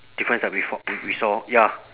difference that we we saw ya